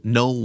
no